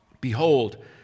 behold